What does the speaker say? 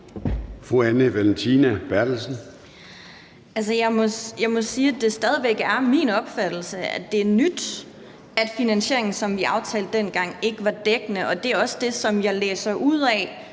Anne Valentina Berthelsen (SF): Altså, jeg må sige, at det stadig væk er min opfattelse, at det er nyt, at finansieringen, som vi aftalte dengang, ikke var dækkende, og det er også det, jeg læser ud af